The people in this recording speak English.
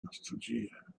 nostalgia